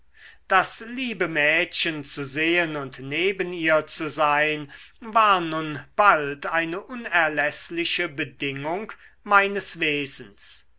das liebe mädchen zu sehen und neben ihr zu sein war nun bald eine unerläßliche bedingung meines wesens